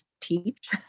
teach